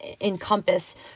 encompass